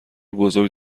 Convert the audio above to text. بزرگ